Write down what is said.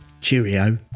Cheerio